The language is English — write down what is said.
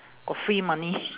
got free money